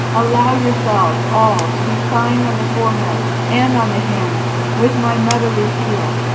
allow yourselves all to be signed on the forehead and on the hand with my motherly seal,